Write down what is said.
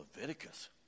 Leviticus